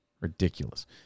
Ridiculous